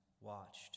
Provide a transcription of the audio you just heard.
watched